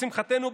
לשמחתנו,